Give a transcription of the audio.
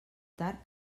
tard